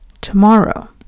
tomorrow